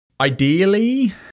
ideally